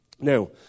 Now